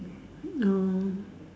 no